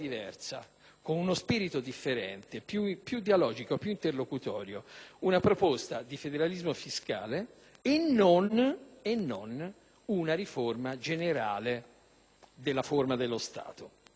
con un spirito differente, più dialogico e più interlocutorio, una proposta di federalismo fiscale e non una riforma generale della forma dello Stato.